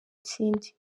kindi